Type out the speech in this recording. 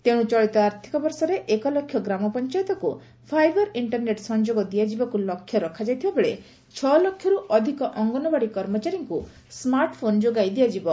ତେଶୁ ଚଳିତ ଆର୍ଥିକ ବର୍ଷରେ ଏକ ଲକ୍ଷ ଗ୍ରାମପଞ୍ଚାୟତକୁ ଫାଇବର ଇକ୍କରନେଟ ସଂଯୋଗ ଦିଆଯିବାକୁ ଲକ୍ଷ୍ୟ ରଖାଯାଇଥିବା ବେଳେ ଛ' ଲକ୍ଷରୁ ଅଧିକ ଅଙ୍ଗନବାଡି କର୍ମଚାରୀଙ୍କୁ ସ୍ମାର୍ଟ ଫୋନ ଯୋଗାଇ ଦିଆଯିବ